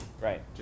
right